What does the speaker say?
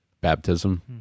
baptism